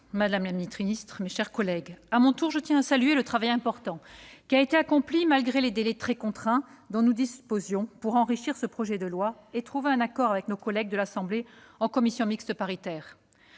madame la ministre, mes chers collègues, à mon tour, je tiens à saluer le travail important qui a été accompli, malgré les délais très contraints dont nous disposions pour enrichir ce projet de loi et trouver un accord avec nos collègues de l'Assemblée nationale en commission mixte paritaire.